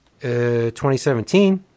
2017